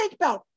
seatbelt